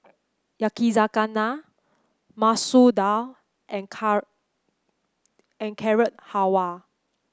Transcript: Yakizakana Masoor Dal and and Carrot Halwa